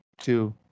Two